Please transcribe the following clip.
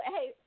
Hey